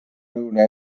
lõuna